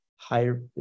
higher